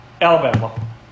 Alabama